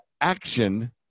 action